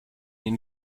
ihn